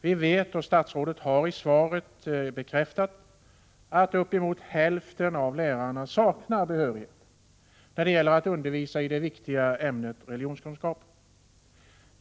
Vi vet — och statsrådet har i svaret bekräftat det — att uppemot hälften av lärarna saknar behörighet när det gäller att undervisa i det viktiga ämnet religionskunskap.